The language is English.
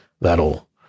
That'll